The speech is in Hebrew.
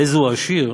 איזהו עשיר,